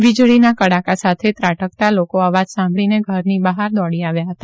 વીજળી કડાકા સાથે ત્રાટકતા લોકો અવાજ સાંભળીને ઘરની બહાર આવી ગયા હતા